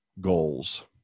Goals